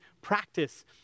practice